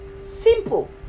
Simple